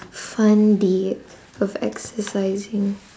fun day of exercising